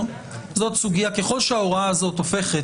ככל שההוראה הזאת הופכת